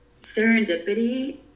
serendipity